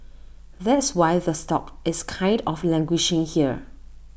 that's why the stock is kind of languishing here